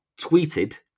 tweeted